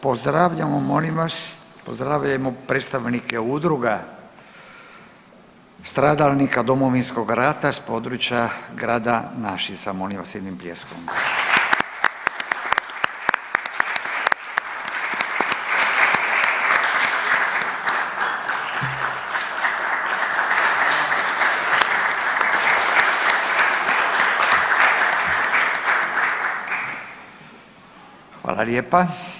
Pozdravljamo molim vas, pozdravimo predstavnike udruga stradalnika Domovinskog rata s područja grada Našica, molim vas jednim pljeskom. Hvala lijepa.